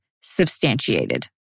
substantiated